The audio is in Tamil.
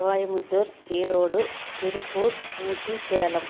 கோயமுத்தூர் ஈரோடு திருப்பூர் ஊட்டி சேலம்